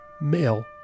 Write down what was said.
male